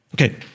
Okay